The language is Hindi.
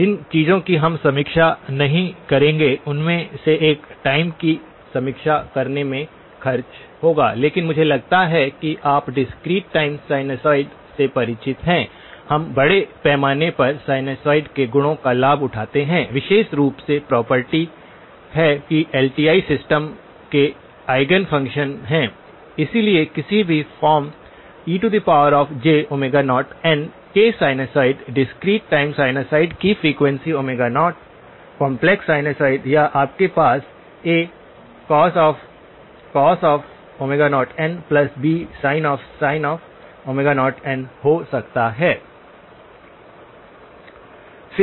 जिन चीजों की हम समीक्षा नहीं करेंगे उनमें से एक टाइम की समीक्षा करने में खर्च होगी लेकिन मुझे लगता है कि आप डिस्क्रीट टाइम साइनसॉइड से परिचित हैं हम बड़े पैमाने पर साइनसॉइड के गुणों का लाभ उठाते हैं विशेष रूप से प्रॉपर्टी है कि वे एलटीआई सिस्टम के ऑयगन फ़ंक्शन हैं इसलिए किसी भी फार्म ej0n के साइनसॉइड डिस्क्रीट टाइम साइनसॉइड की फ्रीक्वेंसी 0 कॉम्प्लेक्स साइनसॉइड या आपके पास acos 0nbsin हो सकता है